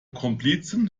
komplizen